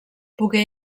pogué